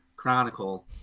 Chronicle